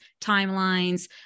timelines